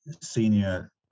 senior